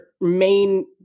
main